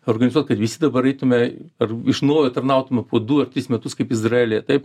organizuot kad visi dabar eitume ar iš naujo tarnautume po du ar tris metus kaip izraelyje taip